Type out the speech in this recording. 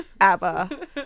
ABBA